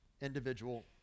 individual